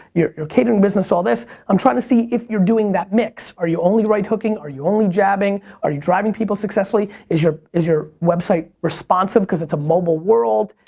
your your catering business, all this, i'm trying to see if you're doing that mix. are you only right hooking? are you only jabbing? are you driving people successfully. is your is your website responsive? cause it's a mobile world.